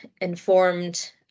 informed